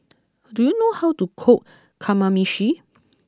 do you know how to cook Kamameshi